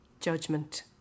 Judgment